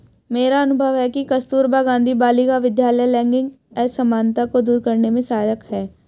मेरा अनुभव है कि कस्तूरबा गांधी बालिका विद्यालय लैंगिक असमानता को दूर करने में सहायक है